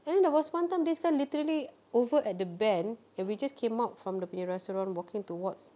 and then there was one time this guy literally over at the bend and we just came out from dia punya restaurant walking towards